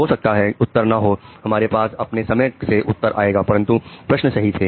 हो सकता है उत्तर ना हो हमारे पास अपने समय से उत्तर आएगा परंतु प्रश्न सही थे